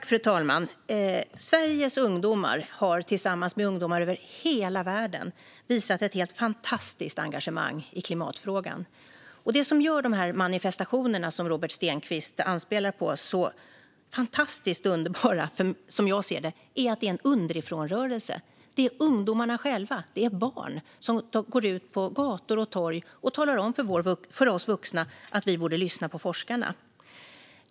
Fru talman! Sveriges ungdomar har tillsammans med ungdomar över hela världen visat ett fantastiskt engagemang i klimatfrågan. Det som gör dessa manifestationer, som Robert Stenkvist anspelar på, så underbara är att det är en underifrånrörelse. Ungdomar och barn går ut på gator och torg och talar om för oss vuxna att vi borde lyssna på forskarna.